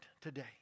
today